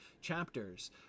chapters